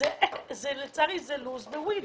לצערי זה לוז ו-וין.